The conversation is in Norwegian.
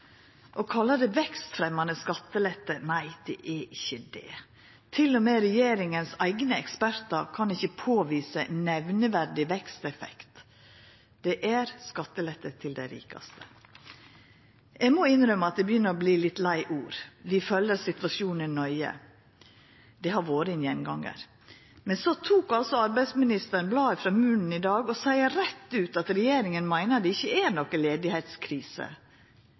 det vekstfremjande skattelette. Nei, det er ikkje det. Heller ikkje regjeringas eigne ekspertar kan påvisa nemneverdig veksteffekt. Det er skattelette til dei rikaste. Eg må innrømma at eg begynner å verta litt lei ord. Vi følgjer situasjonen nøye, og det har vore ein gjengangar. Men så tok altså arbeidsministeren bladet frå munnen i dag og sa rett ut at regjeringa meiner at det ikkje er noko